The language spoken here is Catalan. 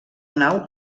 nau